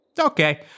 Okay